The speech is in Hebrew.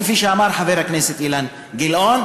כפי שאמר חבר הכנסת אילן גילאון,